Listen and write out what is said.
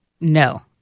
No